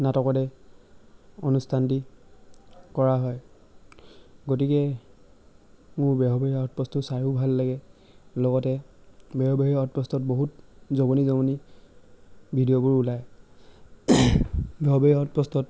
নাটকতে অনুষ্ঠানটি কৰা হয় গতিকে মোৰ বেহৰবাৰী আউটপোষ্টো চাইয়ো ভাল লাগে লগতে বেহৰবাৰী আউটপোষ্টত বহুত জমনি জমনি ভিডিঅ'বোৰ ওলায় বেহৰবাৰী আউটপোষ্টত